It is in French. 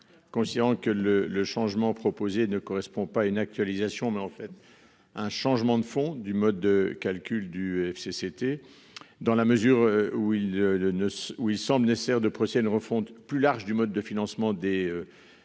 Conscient que le le changement proposé ne correspond pas à une actualisation mais en fait. Un changement de fond du mode de calcul du FC FCT dans la mesure où il ne où il semble nécessaire de prochaine refonte plus large du mode de financement des.